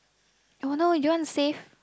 oh no you want to save